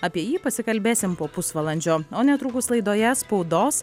apie jį pasikalbėsim po pusvalandžio o netrukus laidoje spaudos